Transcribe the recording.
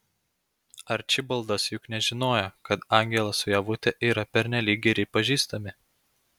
arčibaldas juk nežinojo kad angelas su ievute yra pernelyg geri pažįstami